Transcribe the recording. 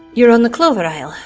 you're on the clover isle,